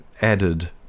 added